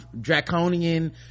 draconian